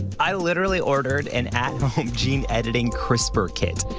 i literally ordered an at-home gene-editing crispr kit.